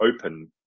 open